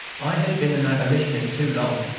i had been an abolitionist too long,